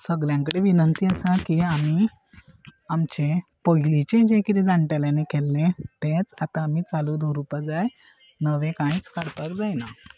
सगल्यां कडेन विनंती आसा की आमी आमचे पयलींचें जें कितें जाण्टेल्यान केल्ले तेंच आतां आमी चालू धरुपा जाय नवे कांयच काडपाक जायना